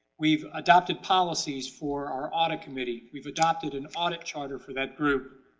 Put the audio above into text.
we've adopted policies for our audit committee, we've adopted an audit charter for that group,